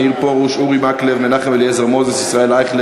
עוד הלילה,